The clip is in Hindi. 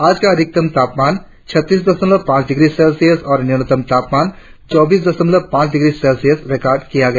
आज का अधिकतम तापमान छत्तीस दशमलव पांच डिग्री सेल्सियस और न्यूनतम तापमान चौबीस दशमलव पांच डिग्री सेल्सियस रिकार्ड किया गया